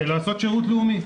לעשות שירות לאומי.